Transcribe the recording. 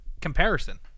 comparison